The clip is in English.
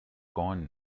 gone